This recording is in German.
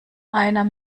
einer